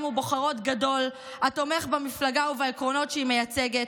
ובוחרות גדול התומך במפלגה ובעקרונות שהיא מייצגת.